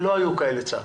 לא היו כאלה צעקות.